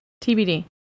TBD